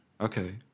Okay